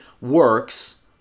works